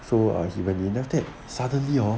so I even enough that suddenly 哦